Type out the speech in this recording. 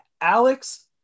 Alex